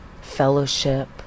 fellowship